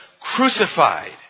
crucified